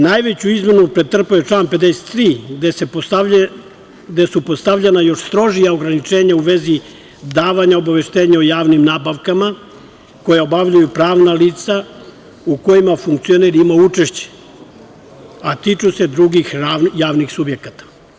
Najveću izmenu pretrpeo je član 53, gde su postavljena još strožija ograničenja u vezi davanja obaveštenja o javnim nabavkama, koja obavljaju pravna lica, u kojima funkcioner ima učešće, a tiču se drugih javnih subjekata.